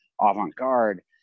avant-garde